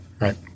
right